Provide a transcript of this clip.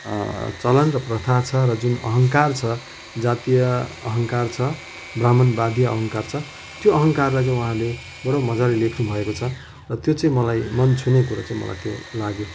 चलन र प्रथा छ र जुन अहङ्कार छ जातीय अहङ्कार छ ब्राह्मणवादीय अहङ्कार छ त्यो अहङ्कारलाई चाहिँ उहाँहरूले बडो मजाले लेख्नु भएको छ र त्यो चाहिँ मलाई मन छुने कुरा चाहिँ मलाई त्यो लाग्यो